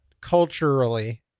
culturally